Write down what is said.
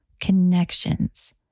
connections